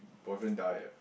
boyfriend die ah